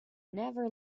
never